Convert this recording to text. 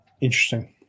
Interesting